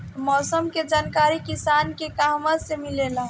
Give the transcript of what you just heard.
मौसम के जानकारी किसान के कहवा से मिलेला?